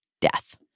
death